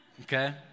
okay